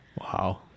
Wow